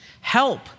Help